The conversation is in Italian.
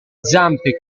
zampe